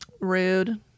Rude